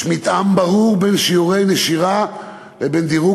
יש מתאם ברור בין שיעורי הנשירה לבין דירוג